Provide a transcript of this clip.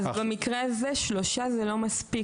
אז במקרה הזה שלושה זה לא מספיק.